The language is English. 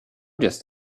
just